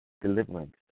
deliverance